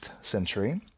century